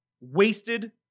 wasted